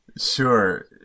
Sure